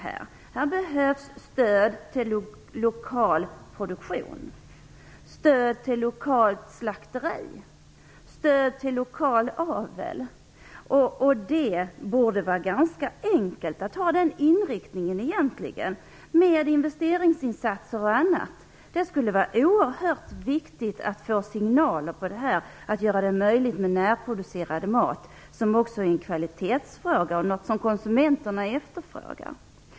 Här behövs stöd till lokal produktion, stöd till lokala slakterier och stöd till lokal avel. Det borde vara ganska enkelt att ha den inriktningen, med investeringsinsatser och annat. Det skulle vara oerhört viktigt att få ut signaler om att det skall vara möjligt att få närproducerad mat. Det är en kvalitetsfråga, och det är vad som efterfrågas av konsumenterna.